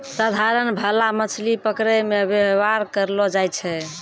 साधारण भाला मछली पकड़ै मे वेवहार करलो जाय छै